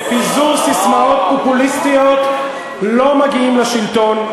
בפיזור ססמאות פופוליסטיות לא מגיעים לשלטון.